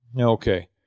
Okay